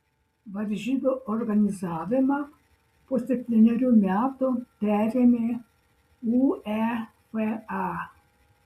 varžybų organizavimą po septynerių metų perėmė uefa